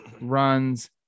runs